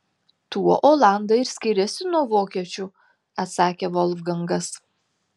tuo olandai ir skiriasi nuo vokiečių atsakė volfgangas